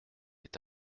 est